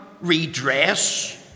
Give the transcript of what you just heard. redress